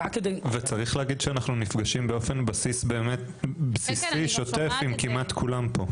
וצריכים להגיד שאנחנו נפגשים באופן בסיסי ושוטף עם כמעט כולם פה.